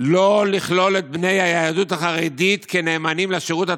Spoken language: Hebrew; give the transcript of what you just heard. לא לכלול את בני היהדות החרדית כנאמנים לשירות הצבאי,